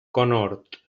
conhort